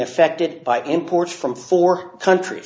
affected by imports from four countries